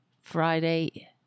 Friday